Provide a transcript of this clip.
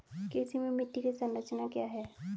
कृषि में मिट्टी की संरचना क्या है?